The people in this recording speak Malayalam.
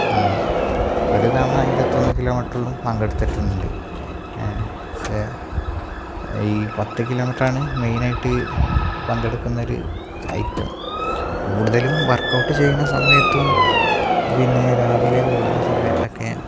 ഒരു തവണ ഇരുപത്തിയൊന്ന് കിലോമീറ്ററിലും പങ്കെടുത്തിട്ടുണ്ട് പക്ഷേ ഈ പത്ത് കിലോമീറ്ററാണ് മെയ്നായിട്ട് പങ്കെടുക്കുന്നൊരു ഐറ്റം കൂടുതലും വർക്കൗട്ട് ചെയ്യുന്ന സമയത്തും പിന്നെ രാവിലെ ഓടുന്ന സമയത്തൊക്കെ